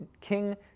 King